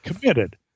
committed